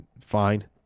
fine